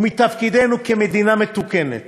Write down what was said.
ומתפקידנו כמדינה מתוקנת,